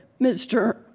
Mr